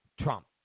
Trump